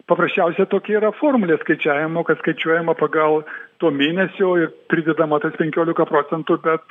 paprasčiausia tokia yra formulė skaičiavimo kad skaičiuojama pagal to mėnesio ir pridedama tas penkiolika procentų bet